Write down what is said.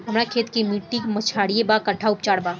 हमर खेत के मिट्टी क्षारीय बा कट्ठा उपचार बा?